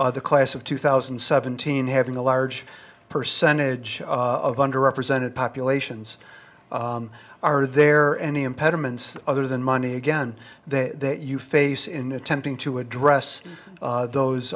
the class of two thousand and seventeen having a large percentage of under represented populations are there any impediments other than money again they you face in attempting to address those